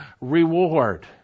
reward